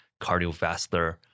cardiovascular